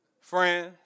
Friends